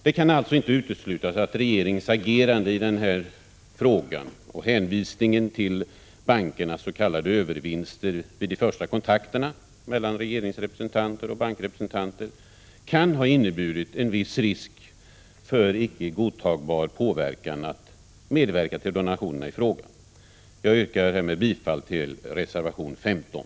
Det kan alltså inte uteslutas att regeringens agerande i denna fråga och hänvisningen till bankernas s.k. övervinster vid de första kontakterna mellan regeringsrepresentanter och bankrepresentanter kan ha inneburit en viss risk för icke godtagbar påverkan att medverka till donationerna i fråga. Jag yrkar härmed bifall till reservation 15.